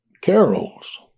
carols